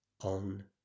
on